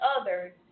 others